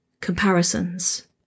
comparisons